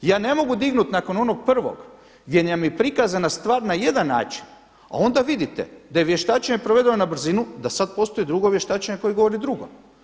I ja ne mogu dignuti nakon onog prvog gdje nam je prikazana stvar na jedan način a onda vidite da je vještačenje provedeno na brzinu, da sada postoji drugo vještačenje koje govori drugo.